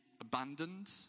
abandoned